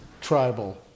tribal